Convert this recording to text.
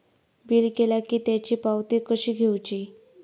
Bill केला की त्याची पावती कशी घेऊची?